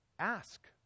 Ask